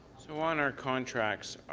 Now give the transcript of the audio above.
so on our contracts,